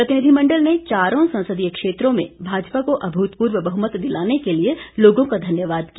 प्रतिनिधिमंडल ने चारों संसदीय क्षेत्रों में भाजपा को अभूतपूर्व बहुमत दिलाने के लिए लोगों का धन्यवाद किया